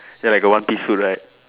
ya like a one piece suit right